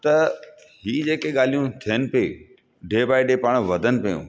त हीअ जेके ॻाल्हियूं थियन थी डे बाए डे पाण वधनि पियूं